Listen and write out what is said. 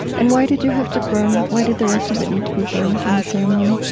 and why did you have to burn why did the rest of it need to be burned in the ceremony?